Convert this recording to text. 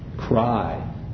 Cry